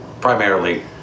primarily